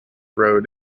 road